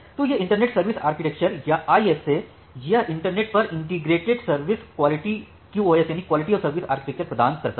तो यह internet service architecture या ISA यह इंटरनेट पर इंटीग्रेटेड सर्विस QoS आर्किटेक्चर प्रदान करता है